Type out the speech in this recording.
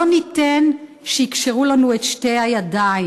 לא ניתן שיקשרו לנו את שתי הידיים,